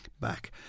back